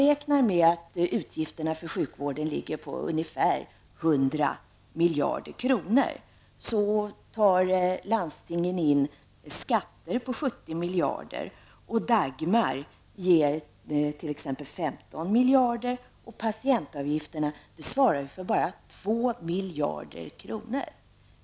Om utgifterna för sjukvården är ungefär 100 miljarder kronor så tar landstingen in skatt på 70 miljarder, medan Dagmar ger t.ex. 15 miljarder och patientavgifterna bara 2 miljarder kronor.